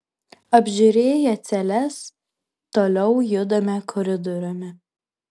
apžiūrėję celes toliau judame koridoriumi